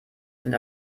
sind